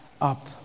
up